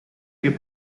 più